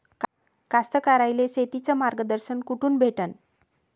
कास्तकाराइले शेतीचं मार्गदर्शन कुठून भेटन?